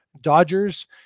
Dodgers